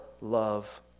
love